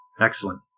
Excellent